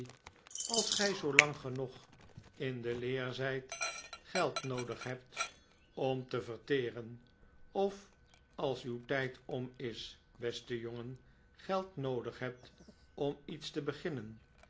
als gij zoolang ge nog in de leer zijt geld noodig hebt om te verteren of als uw tijd om is beste jongen geld noodig hebt om iets te beginnen